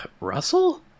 Russell